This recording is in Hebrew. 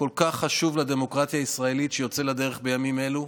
כל כך חשוב לדמוקרטיה הישראלית שיוצא לדרך בימים אלו,